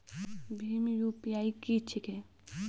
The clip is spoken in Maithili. भीम यु.पी.आई की छीके?